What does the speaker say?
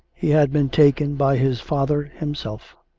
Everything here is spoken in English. he had been taken by his father himself.